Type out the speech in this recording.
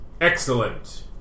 Excellent